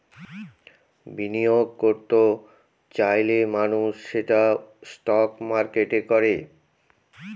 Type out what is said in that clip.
বিনিয়োগ করত চাইলে মানুষ সেটা স্টক মার্কেটে করে